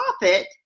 profit